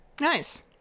Nice